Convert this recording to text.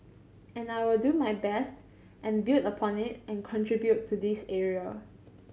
and I will do my best and build upon it and contribute to this area